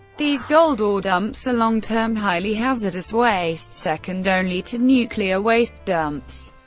these gold ore dumps are long term, highly hazardous wastes second only to nuclear waste dumps.